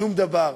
שום דבר.